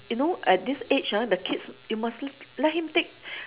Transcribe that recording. you know at this age ah the kids you must le~ let him take